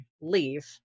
leave